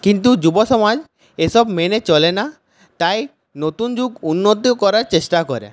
কিন্তু যুবসমাজ এসব মেনে চলে না তাই নতুন যুগ উন্নত করার চেষ্টা করে